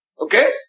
Okay